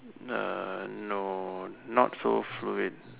err no not so fluid